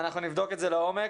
אנחנו נבדוק את זה לעומק.